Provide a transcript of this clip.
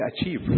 achieve